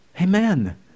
Amen